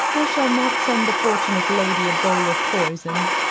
i shall not send the fortunate lady a bowl of poison.